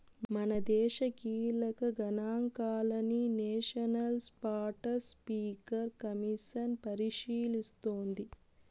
మనదేశ కీలక గనాంకాలని నేషనల్ స్పాటస్పీకర్ కమిసన్ పరిశీలిస్తోంది